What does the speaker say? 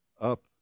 up